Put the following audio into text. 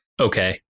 Okay